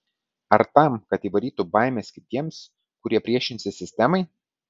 ar tam kad įvarytų baimės kitiems kurie priešinsis sistemai